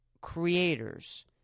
creators